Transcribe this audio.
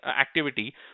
activity